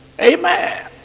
Amen